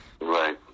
Right